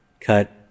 cut